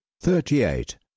thirty-eight